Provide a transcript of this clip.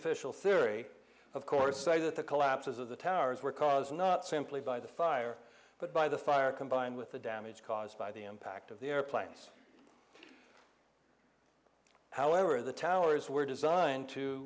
official theory of course say that the collapses of the towers were cause not simply by the fire but by the fire combined with the damage caused by the impact of the airplanes however the towers were designed to